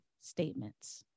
statements